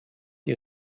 die